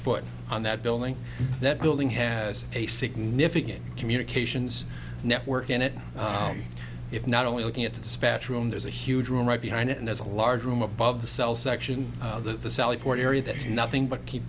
foot on that building that building has a significant communications network in it if not only looking at the dispatch room there's a huge room right behind it and there's a large room above the cell section of the sally port area that's nothing but ke